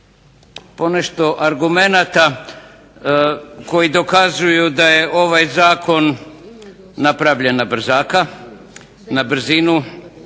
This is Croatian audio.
ponešto argumenata koji dokazuju da je ovaj zakon napravljen na brzaka, na brzinu,